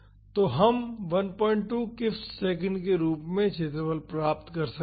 तो हम 12 किप्स सेकंड के रूप में क्षेत्रफल पा सकते हैं